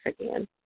again